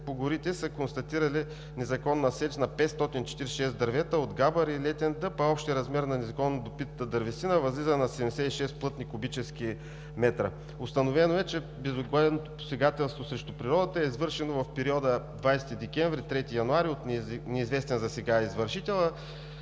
по горите са констатирали незаконна сеч на 546 дървета от габър и летен дъб, а общият размер на незаконно добитата дървесина възлиза на 76 плътни кубически метра. Установено е, че безогледното посегателство срещу природата е извършено в периода 20 декември 2017 г. – 3 януари 2018 г. от неизвестен засега извършител,